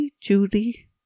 Judy